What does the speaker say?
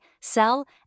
sell